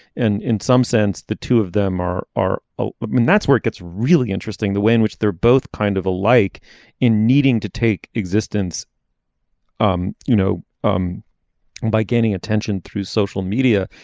and in some sense the two of them are are ah and that's where it gets really interesting the way in which they're both kind of alike in needing to take existence um you know um by gaining attention through social media.